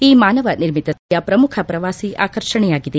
ಈ ಮಾನವ ನಿರ್ಮಿತ ಸರೋವರ ಅಲ್ಲಿಯ ಪ್ರಮುಖ ಪ್ರವಾಸಿ ಆಕರ್ಷಣೆಯಾಗಿದೆ